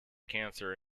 cancer